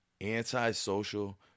anti-social